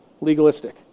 legalistic